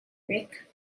rick